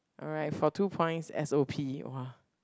alright for two points S_O_P [wah]